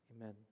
amen